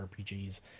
RPGs